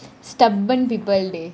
stubborn people leh